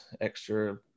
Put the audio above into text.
extra